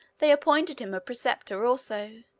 they appointed him a preceptor also,